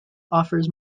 offers